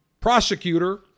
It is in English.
prosecutor